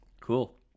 Cool